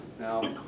Now